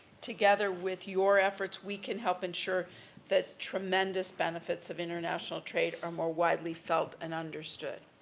together with your efforts, we can help ensure that tremendous benefits of international trade are more widely felt and understood.